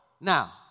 Now